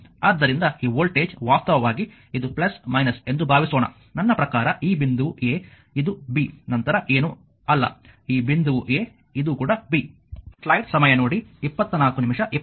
ಆದ್ದರಿಂದ ಈ ವೋಲ್ಟೇಜ್ ವಾಸ್ತವವಾಗಿ ಇದು ಎಂದು ಭಾವಿಸೋಣ ನನ್ನ ಪ್ರಕಾರ ಈ ಬಿಂದುವು a ಇದು b ನಂತರ ಏನೂ ಅಲ್ಲ ಈ ಬಿಂದುವು a ಇದು ಕೂಡ b